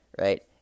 right